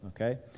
okay